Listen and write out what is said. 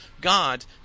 God